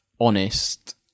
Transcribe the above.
honest